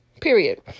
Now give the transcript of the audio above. period